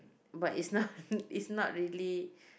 but it's not it's not really